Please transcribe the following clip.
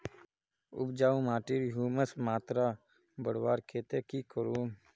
उपजाऊ माटिर ह्यूमस मात्रा बढ़वार केते की करूम?